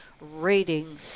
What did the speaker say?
rating